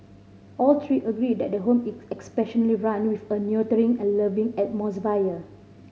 all three agree that the home is run with a nurturing and loving atmosphere